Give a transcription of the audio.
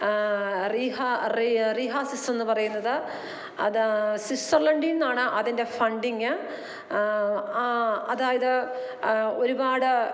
റീഹാ റീഹാസിസെന്ന് പറയുന്നത് അത് സ്വിറ്റ്സർലാൻഡിന്നാണ് അതിൻ്റെ ഫണ്ടിങ്ങ് അതായത് ഒരുപാട്